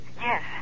Yes